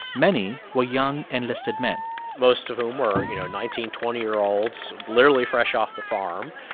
many were young, enlisted men most of whom were, you know nineteen, twenty year olds literally fresh off the farm,